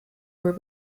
were